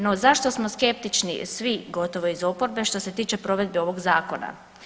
No zašto smo skeptični svi gotovo iz oporbe što se tiče provedbe ovoga zakona?